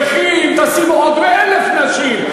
וכי אם תשימו עוד 1,000 נשים,